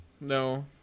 No